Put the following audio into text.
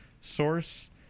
source